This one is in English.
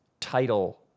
title